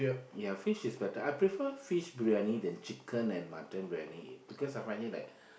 ya fish is better I prefer fish briyani than chicken and mutton briyani because I find it like